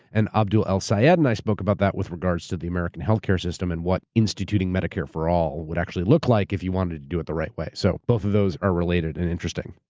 and abdul el-sayed and i spoke about that with regards to the american healthcare system and what instituting medicare for all would actually look like if you wanted to do it the right way. so both of those are related and interesting.